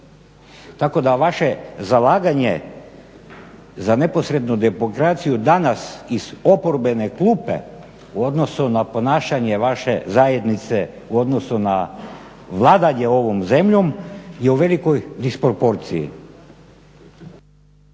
Tako da vaše zalaganje za neposrednu demokraciju danas iz oporbene klupe u odnosu na ponašanje vaše zajednice u odnosu na vladanje ovom zemljom je u velikoj disproporciji.